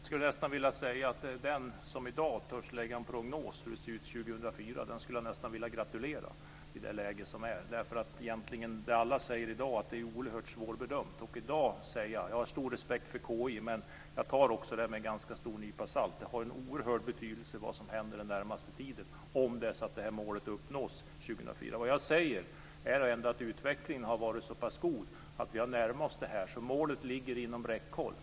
Fru talman! Jag skulle nästan vilja gratulera den som med det läge vi har i dag törs komma med en prognos över hur det ser ut 2004. Alla säger i dag att det är oerhört svårbedömt. Jag har stor respekt för KI, men jag tar det här med en stor nypa salt. Vad som händer den närmaste tiden har stor betydelse för om målet uppnås 2004. Utvecklingen har varit så pass god att vi har närmat oss, så målet ligger inom räckhåll.